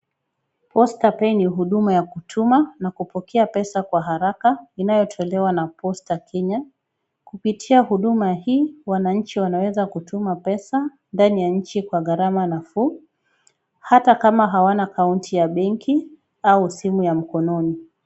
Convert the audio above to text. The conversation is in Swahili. Posta pia ni huduma ya kutuma na kupokea pesa kwa haraka, inayotolewa na posta Kenya kupitia huduma hii, wananchi wanaweza kutuma pesa ndani ya nchi kwa gharama nafuu hata kama hawana akaunti ya benki au simu ya mkononi.